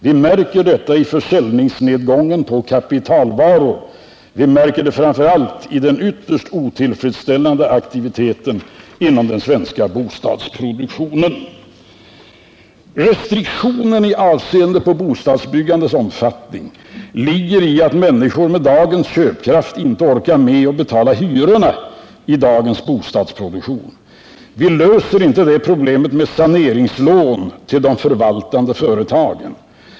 Vi märker detta i nedgången i försäljningen av kapitalvaror, och vi märker det framför allt i den ytterst otillfredsställande aktiviteten inom den svenska bostadsproduktionen. Restriktionen i avseende på bostadsbyggandets omfattning ligger i att människor med dagens köpkraft inte orkar med att betala hyrorna i den nuvarande bostadsproduktionen. Vi löser inte det problemet med saneringslån till de förvaltande företagen.